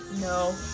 no